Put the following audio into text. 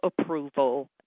approval